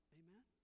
amen